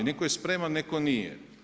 Netko je spreman, netko nije.